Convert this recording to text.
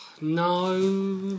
No